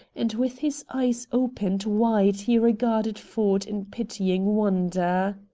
and with his eyes opened wide he regarded ford in pitying wonder.